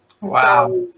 Wow